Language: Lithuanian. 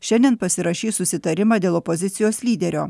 šiandien pasirašys susitarimą dėl opozicijos lyderio